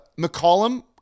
McCollum